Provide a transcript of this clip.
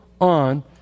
on